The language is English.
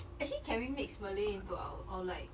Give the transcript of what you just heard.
actually can we mix malay into our or like